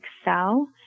Excel